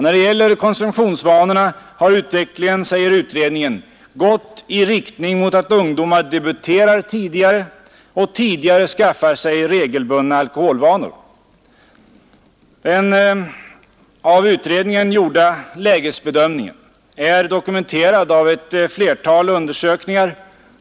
När det gäller konsumtionsvanorna har utvecklingen, säger utredningen, gått i riktning mot att ungdomar debuterar tidigare och tidigare skaffar sig regelbundna alkoholvanor. Den av utredningen gjorda lägesbedömningen är dokumenterad av ett flertal undersökningar.